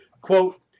Quote